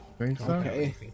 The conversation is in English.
Okay